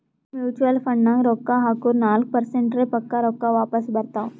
mutual ಫಂಡ್ನಾಗ್ ರೊಕ್ಕಾ ಹಾಕುರ್ ನಾಲ್ಕ ಪರ್ಸೆಂಟ್ರೆ ಪಕ್ಕಾ ರೊಕ್ಕಾ ವಾಪಸ್ ಬರ್ತಾವ್